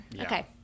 Okay